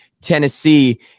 Tennessee